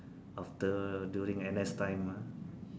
after during N_S time ah